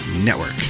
Network